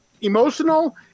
emotional